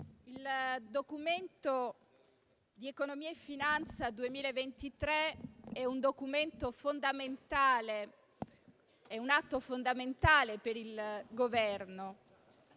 il Documento di economia e finanza 2023 è un atto fondamentale per il Governo